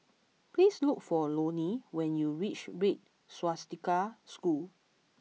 please look for Loni when you reach Red Swastika School